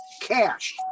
Cash